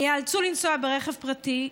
הם ייאלצו לנסוע ברכב פרטי.